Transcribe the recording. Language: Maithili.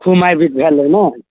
खूब मारि पीट भेल रहै ने